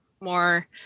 more